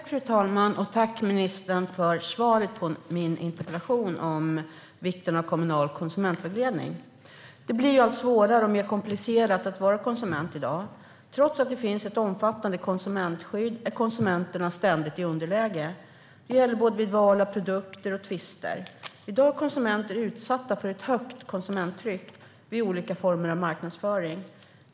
Fru talman! Tack, ministern, för svaret på min interpellation om vikten av kommunal konsumentvägledning! Det blir allt svårare och mer komplicerat att vara konsument i dag. Trots att det finns ett omfattande konsumentskydd är konsumenterna ständigt i underläge. Det gäller både vid val av produkter och vid tvister. I dag är konsumenter utsatta för ett högt konsumtionstryck via olika former av marknadsföring.